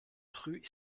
rues